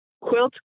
quilt